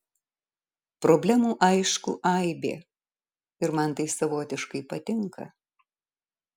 problemų aišku aibė ir man tai savotiškai patinka